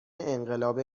انقلاب